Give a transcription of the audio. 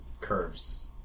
curves